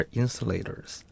insulators